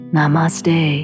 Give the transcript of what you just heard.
Namaste